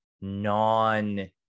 non-